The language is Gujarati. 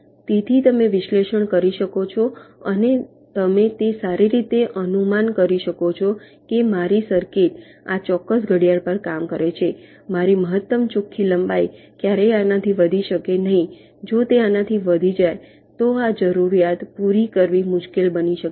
તેથી તમે વિશ્લેષણ કરી શકો છો અને તમે તે સારી રીતે અનુમાન કરી શકો છો કે મારી સર્કિટ આ ચોક્કસ ઘડિયાળ પર કામ કરે છે મારી મહત્તમ ચોખ્ખી લંબાઈ ક્યારેય આનાથી વધી શકે નહીં જો તે આનાથી વધી જાય તો આ જરૂરિયાત પૂરી કરવી મુશ્કેલ બની શકે છે